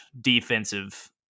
defensive